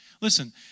Listen